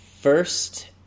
First